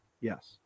Yes